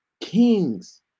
kings